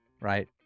Right